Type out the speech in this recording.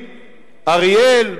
אריאל,